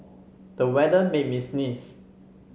the weather made me sneeze